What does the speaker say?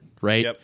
right